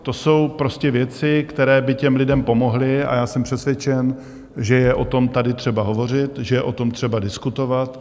To jsou prostě věci, které by lidem pomohly, a já jsem přesvědčen, že je o tom tady třeba hovořit, že je o tom třeba diskutovat.